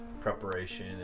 preparation